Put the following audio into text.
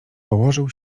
położył